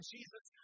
Jesus